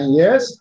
yes